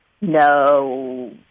no